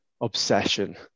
Obsession